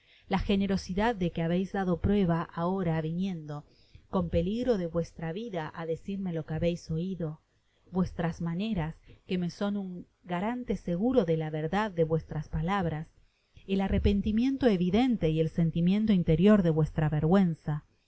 la generosidad de que habeis dado prueba ahora viniendo con peligro de vuestra vida á decirme lo que habeis oido vuestras maneras que me son un garante seguro de la verdad de vuestras palabras el arrepentimiento evidente y el sentimiento interior de vuestra vergüenza